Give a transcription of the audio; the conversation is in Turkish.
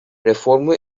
reformu